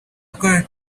occur